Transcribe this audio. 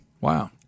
Wow